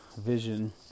vision